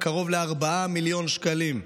קרוב לארבעה מיליוני שקלים.